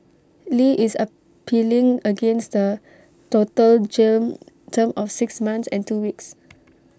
li is appealing against the total jail term of six months and two weeks